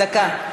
דקה.